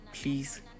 please